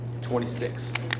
26